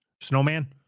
snowman